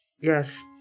Yes